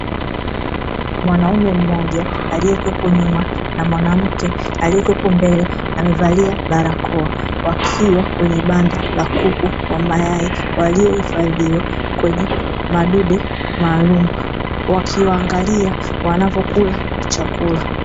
Mwanaume mmoja aliyekuwepo nyuma na mwanamke aliyekuwepo mbele amevalia barakoa, wakiwa kwenye banda la kuku wa mayai waliohifadhiwa kwenye madude maalumu, wakiwaangalia wanavyo kula chakula.